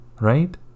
right